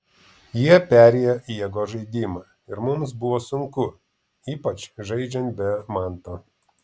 jie perėjo į jėgos žaidimą ir mums buvo sunku ypač žaidžiant be manto